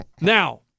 Now